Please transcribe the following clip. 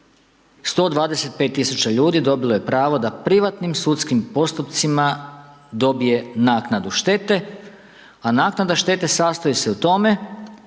125.000 ljudi dobilo je pravo da privatnim sudskim postupcima dobije naknadu štete, a naknada štete sastoji se u tome